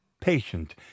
patient